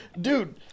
dude